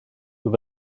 with